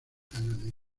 ganadería